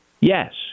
yes